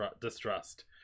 distrust